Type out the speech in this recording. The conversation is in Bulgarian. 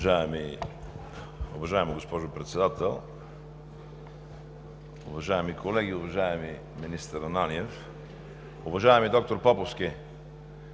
Уважаема госпожо Председател, уважаеми колеги, уважаеми министър Ананиев! Уважаеми доктор Поповски,